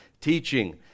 teaching